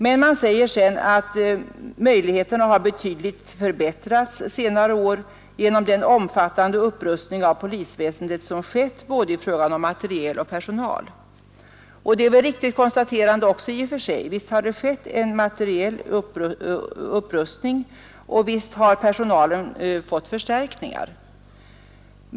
Sedan säger utskottet att möjligheterna har betydligt förbättrats under senare år genom den omfattande upprustning av polisväsendet som skett i fråga om både materiel och personal. Det är väl också riktigt i och för sig. Visst har det skett en materiell upprustning, och visst har personalen fått förstärkningar.